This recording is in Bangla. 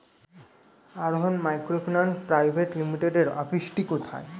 আরোহন মাইক্রোফিন্যান্স প্রাইভেট লিমিটেডের অফিসটি কোথায়?